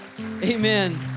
Amen